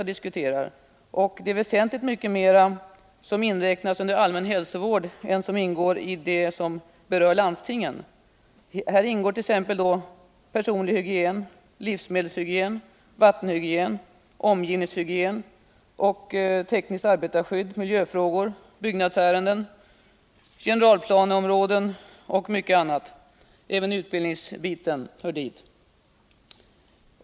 I denna inräknas väsentligt mycket mer än vad som ingår i det som berör landstingen. I den allmänna hälsovården inräknas t.ex. personlig hygien, livsmedelshygien, vattenhygien, omgivningshygien, tekniskt arbetarskydd, miljöfrågor, byggnadsärenden, generalplaneområden och mycket annat. Även utbildningsfrågor hör dit.